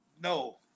No